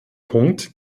punkt